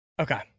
Okay